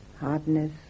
hardness